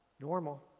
normal